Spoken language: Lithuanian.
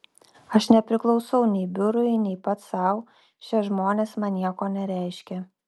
aš nepriklausau nei biurui nei pats sau šie žmonės man nieko nereiškia